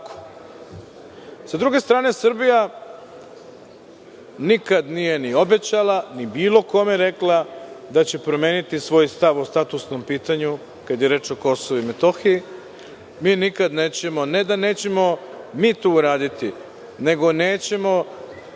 druge strane Srbija nikad nije ni obećala, ni bilo kome rekla da će promeniti svoj stav o statusnom pitanju kada je reč o KiM. Mi nikad nećemo, ne da nećemo mi to uraditi, nego nećemo